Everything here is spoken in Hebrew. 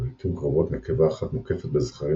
ולעיתים קרובות נקבה אחת מוקפת בזכרים